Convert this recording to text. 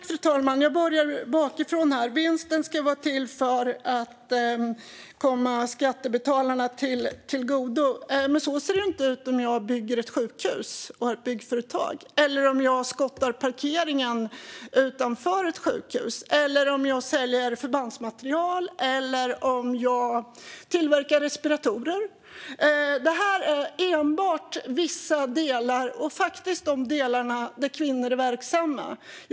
Fru talman! Vinsten ska vara till för att komma skattebetalarna till godo. Men så ser det inte ut om jag bygger ett sjukhus och har ett byggföretag, om jag skottar parkeringen utanför ett sjukhus, om jag säljer förbandsmaterial eller om jag tillverkar respiratorer. Det här gäller enbart vissa delar, faktiskt de delar där kvinnor är verksamma.